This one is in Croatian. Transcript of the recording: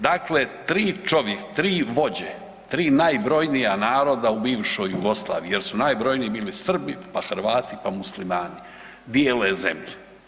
Dakle, 3 čovjeka, 3 vođe, 3 najbrojnija naroda u bivšoj Jugoslaviji jer su najbrojniji bili Srbi, pa Hrvati, pa Muslimani, dijele zemlju.